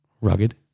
rugged